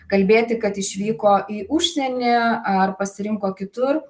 kalbėti kad išvyko į užsienį ar pasirinko kitur